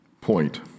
point